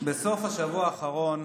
בסוף השבוע האחרון